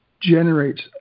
generates